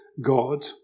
God